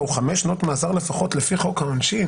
הוא חמש שנות מאסר לפחות לפי חוק העונשין